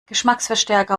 geschmacksverstärker